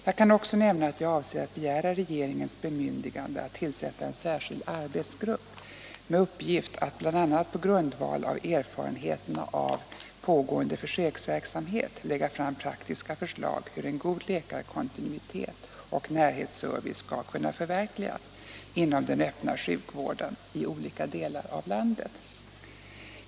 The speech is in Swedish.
Jag kan också nämna att jag avser att begära regeringens bemyndigande att tillsätta en särskild arbetsgrupp med uppgift att bl.a. på grundval av erfarenheterna av pågående försöksverksamhet lägga fram praktiska förslag till hur en god läkarkontinuitet och närhetsservice skall kunna förverkligas inom den öppna sjukvården i olika delar av landet.